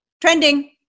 Trending